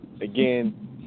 again